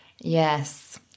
Yes